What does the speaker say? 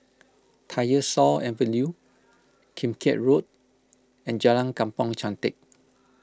Tyersall Avenue Kim Keat Road and Jalan Kampong Chantek